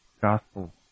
Gospel